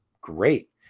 Great